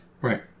Right